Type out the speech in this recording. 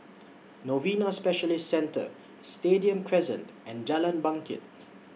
Novena Specialist Centre Stadium Crescent and Jalan Bangket